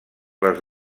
les